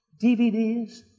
DVDs